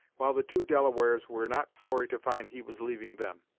while the two delawares were not sorry to find he was leaving them.